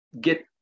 get